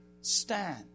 stand